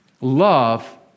Love